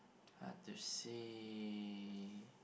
what to see